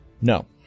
No